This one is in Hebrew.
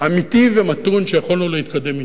אמיתי ומתון, שיכולנו להתקדם אתו.